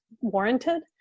warranted